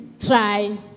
try